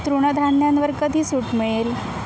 तृणधान्यांवर कधी सूट मिळेल